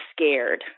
scared